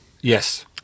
yes